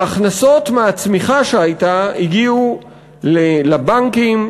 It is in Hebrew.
ההכנסות מהצמיחה שהייתה הגיעו לבנקים,